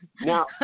Now